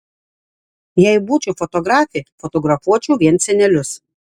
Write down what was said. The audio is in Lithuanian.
jei būčiau fotografė fotografuočiau vien senelius